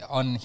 on